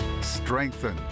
strengthen